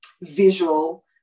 visual